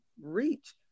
reach